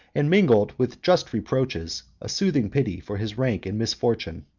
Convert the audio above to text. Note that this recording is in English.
and mingled with just reproaches a soothing pity for his rank and misfortune.